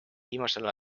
viimasel